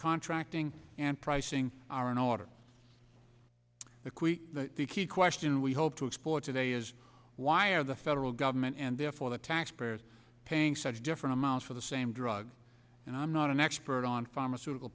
contracting and pricing are in order the cui the key question we hope to explore today is why are the federal government and therefore the taxpayers paying such different amounts for the same drug and i'm not an expert on pharmaceutical